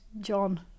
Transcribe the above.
John